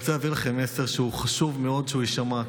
אני רוצה להעביר לכם מסר שחשוב מאוד שיישמע,